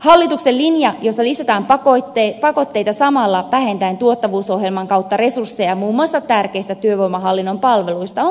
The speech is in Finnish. hallituksen linja jossa lisätään pakotteita samalla vähentäen tuottavuusohjelman kautta resursseja muun muassa tärkeistä työvoimahallinnon palveluista on kestämätön